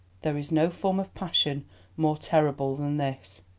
there is no form of passion more terrible than this.